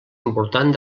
important